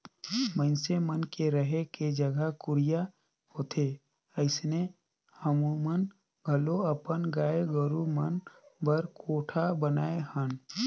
मइनसे मन के रहें के जघा कुरिया होथे ओइसने हमुमन घलो अपन गाय गोरु मन बर कोठा बनाये हन